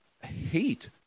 hate